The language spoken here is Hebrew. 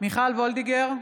מיכל וולדיגר,